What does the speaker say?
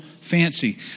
fancy